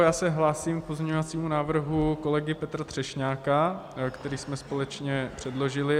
Já se hlásím k pozměňovacímu návrhu kolegy Petra Třešňáka, který jsme společně předložili.